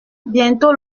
bientôt